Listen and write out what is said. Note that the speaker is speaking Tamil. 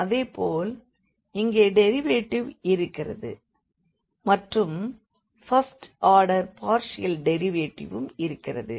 அதேபோல் இங்கே டெரிவேட்டிவ் இருக்கிறது மற்றும் ஃபர்ஸ்ட் ஆர்டர் பார்ஷியல் டெரிவேட்டிவும் இருக்கிறது